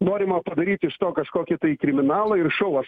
norima padaryti iš to kažkokį tai kriminalą ir šou aš